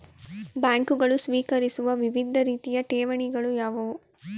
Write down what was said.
ಬ್ಯಾಂಕುಗಳು ಸ್ವೀಕರಿಸುವ ವಿವಿಧ ರೀತಿಯ ಠೇವಣಿಗಳು ಯಾವುವು?